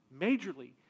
majorly